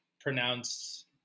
pronounced